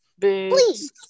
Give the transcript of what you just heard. Please